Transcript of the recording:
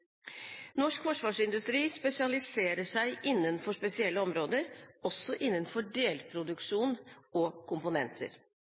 Norsk forsvarsindustri spesialiserer seg innenfor spesielle områder, også